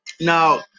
now